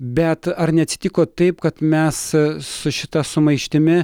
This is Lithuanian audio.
bet ar neatsitiko taip kad mes su šita sumaištimi